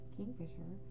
Kingfisher